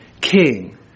king